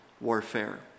warfare